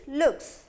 looks